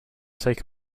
take